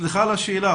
סליחה על השאלה,